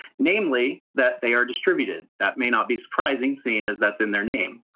namely that they are distributed. that may not be surprising seeing as that's in their name.